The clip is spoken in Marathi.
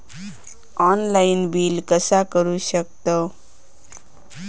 ऑनलाइन बिल कसा करु शकतव?